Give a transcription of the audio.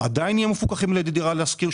שעדיין נהיה מפוקחים על ידי דירה להשכיר,